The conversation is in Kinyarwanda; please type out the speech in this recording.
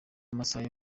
amasaha